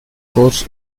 course